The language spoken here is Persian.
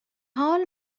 حال